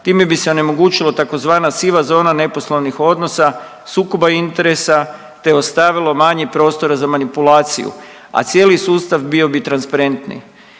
Time bi se onemogućila tzv. siva zona neposlovnih odnosa, sukoba interesa te ostavilo manje prostora za manipulaciju, a cijeli sustav bio bi transparentniji.